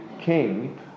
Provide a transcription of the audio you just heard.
king